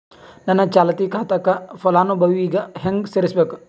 ನನ್ನ ಚಾಲತಿ ಖಾತಾಕ ಫಲಾನುಭವಿಗ ಹೆಂಗ್ ಸೇರಸಬೇಕು?